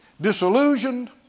disillusioned